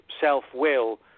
self-will